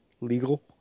legal